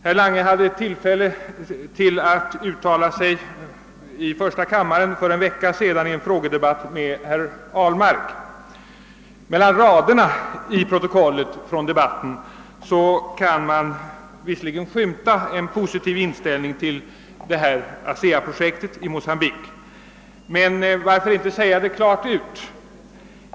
Herr Lange hade tillfälle att uttala sig i första kammaren för en vecka sedan i en frågedebatt med herr Ahlmark. Mellan raderna i protokollet från debatten kan man visserligen skymta en positiv inställning till detta ASEA-projekt i Mocambique — men varför inte säga det rent ut?